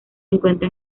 encuentra